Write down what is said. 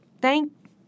thank